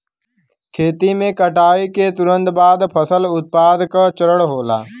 खेती में कटाई के तुरंत बाद फसल उत्पादन का चरण होला